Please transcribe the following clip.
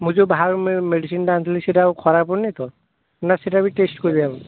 ମୁଁ ଯେଉଁ ବାହାରୁ ମେଡ଼ିସିନ୍ଟା ଆଣିଥିଲି ସେଇଟା ଆଉ ଖରାପ ପଡ଼ୁନି ତ ନା ସେଇଟା ବି ଟେଷ୍ଟ୍ କରିବା